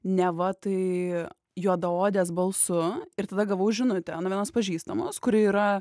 neva tai juodaodės balsu ir tada gavau žinutę nuo vienos pažįstamos kuri yra